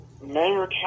Mayor